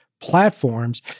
platforms